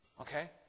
Okay